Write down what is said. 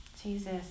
Jesus